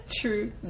True